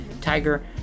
Tiger